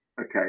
Okay